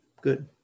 good